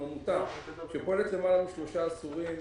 אנחנו עמותה שפועלת למעלה משלושה עשורים.